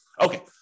Okay